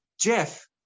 Jeff